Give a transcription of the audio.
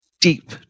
deep